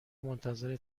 منتظر